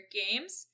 games